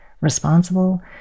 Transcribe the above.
responsible